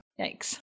yikes